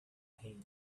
him